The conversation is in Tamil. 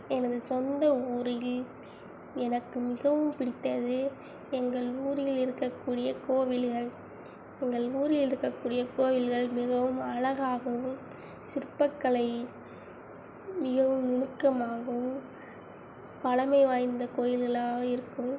எனது சொந்த ஊரில் எனக்கு மிகவும் பிடித்தது எங்கள் ஊரில் இருக்கக் கூடிய கோவிலுகள் எங்கள் ஊரில் இருக்கக் கூடிய கோவில்கள் மிகவும் அழகாகவும் சிற்பக்கலை மிகவும் நுணுக்கமாகவும் பழமை வாய்ந்த கோவில்களாக இருக்கும்